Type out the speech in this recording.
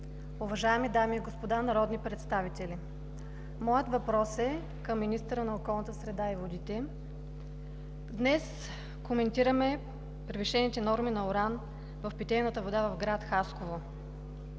уважаеми дами и господа народни представители! Моят въпрос е към министъра на околната среда и водите. Днес коментираме превишените норми на уран в питейната вода в град Хасково,